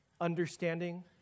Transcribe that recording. understanding